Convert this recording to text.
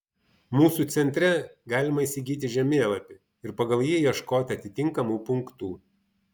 mūsų centre galima įsigyti žemėlapį ir pagal jį ieškoti atitinkamų punktų